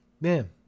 Man